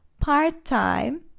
Part-time